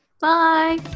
bye